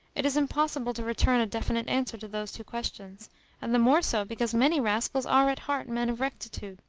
it is impossible to return a definite answer to those two questions and the more so because many rascals are at heart men of rectitude.